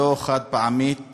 לא חד-פעמית